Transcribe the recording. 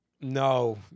No